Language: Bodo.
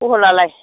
बहला लाय